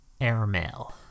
airmail